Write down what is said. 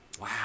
Wow